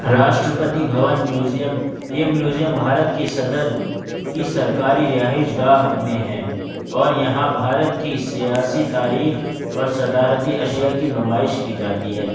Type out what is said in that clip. راشٹر پتی بھون میوزیم یہ میوزیم بھارت کے صدر کی سرکاری رہائش گاہ میں ہے اور یہاں بھارت کی سیاسی تاریخ اور صدارتی اشیا کی نمائش کی جاتی ہے